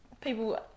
people